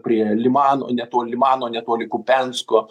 prie limano netoli limano netoli kupensko